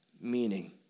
meaning